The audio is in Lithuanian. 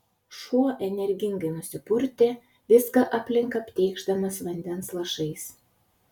šuo energingai nusipurtė viską aplink aptėkšdamas vandens lašais